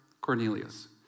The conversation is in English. Cornelius